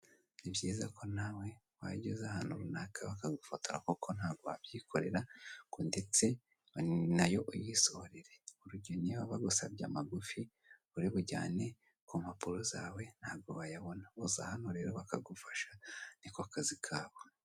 Ni byiza ko nawe wajya uza ahantu runaka bakagufotora kuko ntago wabyikorera ngo ndetse nayo uyisohorere. Urugero niba bagusabye amagufi uri bujyane ku mpapuro zawe ntago wayabona, uza hano rero bakagufasha ni ko kazi kabo.